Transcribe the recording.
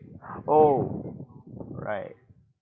oh right